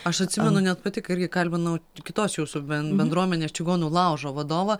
aš atsimenu net pati kai ir įkalbinau kitos jūsų ben bendruomenės čigonų laužo vadovą